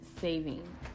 saving